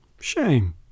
Shame